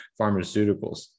pharmaceuticals